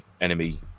enemy